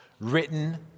written